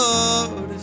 Lord